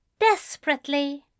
Desperately